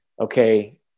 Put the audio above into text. okay